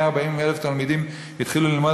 140,000 תלמידים התחילו ללמוד,